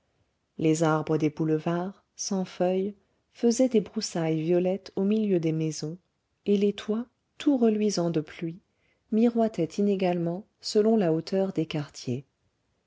les arbres des boulevards sans feuilles faisaient des broussailles violettes au milieu des maisons et les toits tout reluisants de pluie miroitaient inégalement selon la hauteur des quartiers